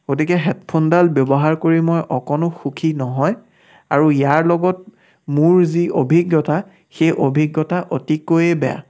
গতিকে হেডফোনডাল ব্যৱহাৰ কৰি মই অকণো সুখী নহয় আৰু ইয়াৰ লগত মোৰ যি অভিজ্ঞতা সেই অভিজ্ঞতা অতিকৈয়ে বেয়া